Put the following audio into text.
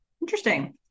Interesting